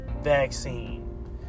vaccine